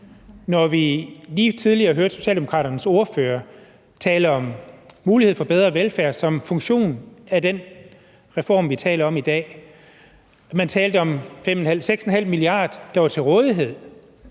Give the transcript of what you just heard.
når vi tidligere hørte Socialdemokraternes ordfører tale om muligheden for bedre velfærd som resultat af den reform, vi taler om i dag. Man talte om 5,5 mia. kr., 6,5 mia. kr., der var til rådighed.